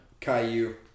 Caillou